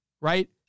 right